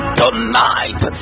tonight